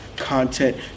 content